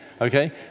Okay